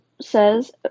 says